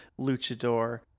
Luchador